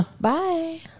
Bye